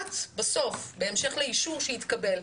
את בסוף בהמשך לאישור שהתקבל,